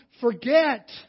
forget